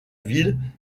ville